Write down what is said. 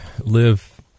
live